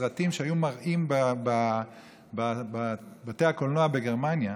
סרטים שהיו מראים בבתי הקולנוע בגרמניה.